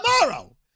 tomorrow